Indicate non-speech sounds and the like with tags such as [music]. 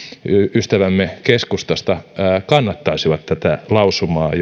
ystävämme keskustasta kannattaisivat tätä lausumaa [unintelligible]